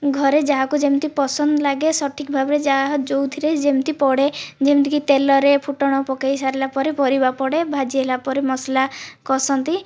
ଘରେ ଯାହାକୁ ଯେମିତି ପସନ୍ଦ ଲାଗେ ସଠିକ୍ ଭାବରେ ଯାହା ଯେଉଁଥିରେ ଯେମିତି ପଡ଼େ ଯେମିତିକି ତେଲରେ ଫୁଟଣ ପକାଇସାରିଲା ପରେ ପରିବା ପଡ଼େ ଭାଜିହେଲା ପରେ ମସଲା କଷନ୍ତି